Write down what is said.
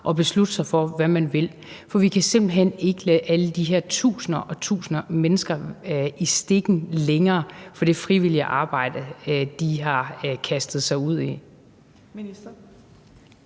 og beslutte sig for, hvad man vil, for vi kan simpelt hen ikke lade alle de her tusinder og tusinder af mennesker i stikken længere i forhold til det frivillige arbejde, de har kastet sig ud i.